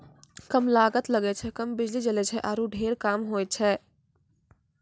कम लागत लगै छै, कम बिजली जलै छै आरो ढेर काम होय छै